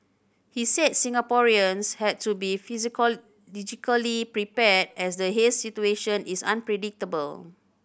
he said Singaporeans had to be prepared as the haze situation is unpredictable